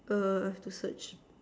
err I have to search